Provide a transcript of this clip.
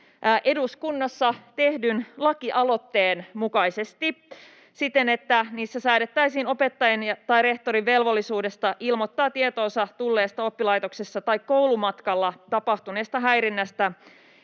eduskunnassa tehdyn lakialoitteen mukaisesti siten, että niissä säädettäisiin opettajan tai rehtorin velvollisuudesta ilmoittaa tietoonsa tulleesta oppilaitoksessa tai koulumatkalla tapahtuneesta häirinnästä,